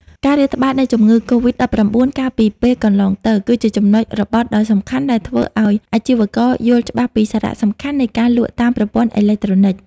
ការរាតត្បាតនៃជំងឺកូវីដ-១៩ កាលពីពេលកន្លងទៅ គឺជាចំណុចរបត់ដ៏សំខាន់ដែលធ្វើឱ្យអាជីវករយល់ច្បាស់ពីសារៈសំខាន់នៃការលក់តាមប្រព័ន្ធអេឡិចត្រូនិក។